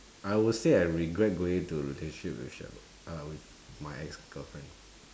I will say I regret going into a relationship with Sheryl uh with my ex girlfriend